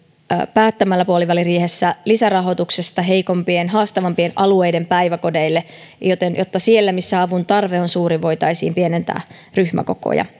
päättämällä puoliväliriihessä lisärahoituksesta heikompien haastavampien alueiden päiväkodeille jotta siellä missä avun tarve on suuri voitaisiin pienentää ryhmäkokoja